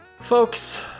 Folks